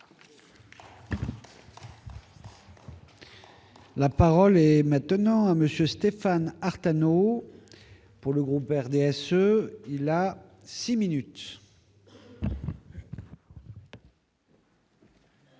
La parole est maintenant à monsieur Stéphane Artano pour le groupe RDSE, il a 6 minutes. Monsieur